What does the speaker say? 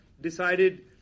decided